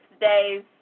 day's